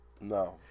No